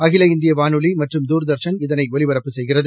அகில இந்திய வானொலி மற்றும் தூர்தர்ஷன் இதனை ஒலிபரப்பு செய்கிறது